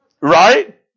Right